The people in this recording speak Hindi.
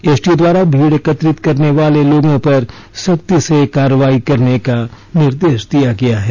एसडीओ द्वारा भीड़ एकत्रित करने वाले लोगों पर सख्ती से कार्रवाई करने का निर्देश दिया गया है